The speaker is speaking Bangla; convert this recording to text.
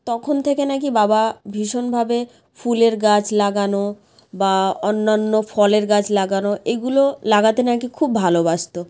তখন থেকে না কি বাবা ভীষণভাবে ফুলের গাছ লাগানো বা অন্যান্য ফলের গাছ লাগানো এগুলো লাগাতে না কি খুব ভালোবাসত